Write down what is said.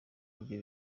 ibyo